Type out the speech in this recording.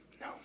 No